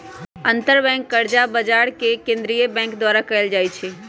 अंतरबैंक कर्जा बजार के विनियमन केंद्रीय बैंक द्वारा कएल जाइ छइ